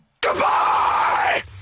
Goodbye